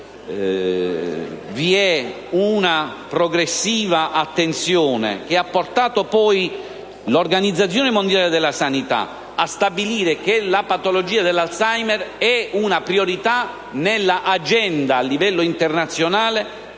una progressiva attenzione, che ha portato l'Organizzazione mondiale della sanità a stabilire che la patologia dell'Alzheimer è una priorità nell'agenda internazionale,